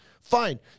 Fine